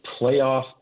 playoff